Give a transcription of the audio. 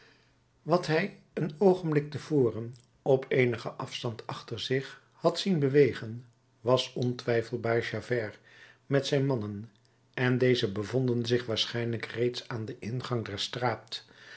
wat hij een oogenblik te voren op eenigen afstand achter zich had zien bewegen was ontwijfelbaar javert met zijn mannen en dezen bevonden zich waarschijnlijk reeds aan den ingang der straat